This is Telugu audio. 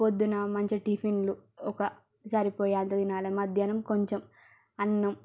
పొద్దున మంచిగా టిఫిన్లు ఒక సరిపోయేంత తినాలి మధ్యాహ్నం కొంచెం అన్నం